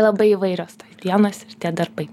labai įvairios tos dienos ir tie darbai